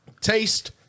Taste